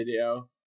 video